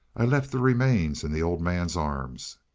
i left the remains in the old man's arms.